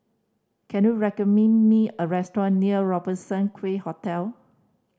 can you recommend me a restaurant near Robertson Quay Hotel